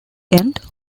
end